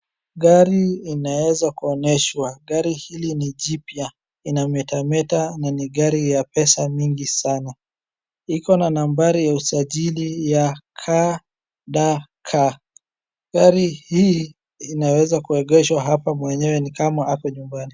Gari inaweza kuonyeshwa gari hili ni jipya inametameta na ni gari ya pesa mingi sana. Iko na nambari ya usajili ya KDA gari hii inaweza kwengeshwa hapa ni kama mwenyewe ako nyumbani.